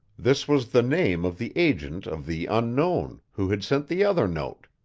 this was the name of the agent of the unknown, who had sent the other note.